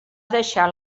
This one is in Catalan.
deixar